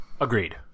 Agreed